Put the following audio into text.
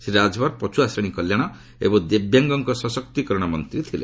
ଶ୍ରୀ ରାଜଭର୍ ଫିଛୁଆ ଶ୍ରେଣୀ କଲ୍ୟାଣ ଏବଂ ଦିବ୍ୟାଙ୍ଗଙ୍କ ସଶକ୍ତିକରଣ ମନ୍ତ୍ରୀ ଥିଲେ